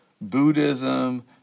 Buddhism